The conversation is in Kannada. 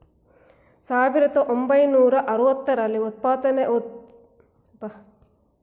ಸಾವಿರದ ಒಂಬೈನೂರ ಅರವತ್ತರಲ್ಲಿ ಉತ್ಪಾದಕತೆಯಲ್ಲಿ ಹೆಚ್ಚಿನ ಇಳುವರಿ ಪಡೆಯಲು ಹಸಿರು ಕ್ರಾಂತಿ ಯೋಜನೆ ಜಾರಿಗೆ ತರಲಾಯಿತು